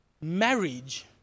marriage